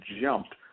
jumped